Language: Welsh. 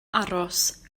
aros